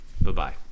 bye-bye